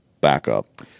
backup